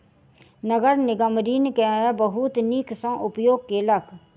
नगर निगम ऋण के बहुत नीक सॅ उपयोग केलक